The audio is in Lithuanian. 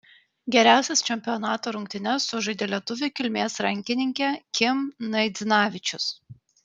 geriausias čempionato rungtynes sužaidė lietuvių kilmės rankininkė kim naidzinavičius